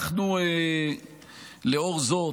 לאור זאת,